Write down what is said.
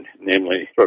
namely